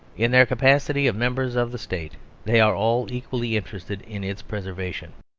in their capacity of members of the state they are all equally interested in its preservation.